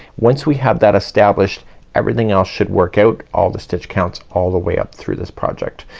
once we have that established everything else should work out. all the stitch counts all the way up through this project.